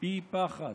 פי פחת,